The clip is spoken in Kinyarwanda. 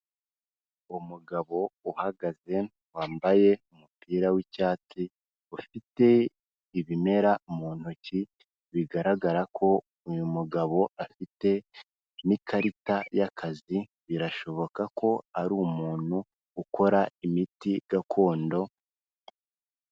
Umugabo uhagaze wambaye umupira w'icyatsi, ufite ibimera mu ntoki bigaragara ko uyu mugabo afite n'ikarita y'akazi, birashoboka ko ari umuntu ukora imiti gakondo.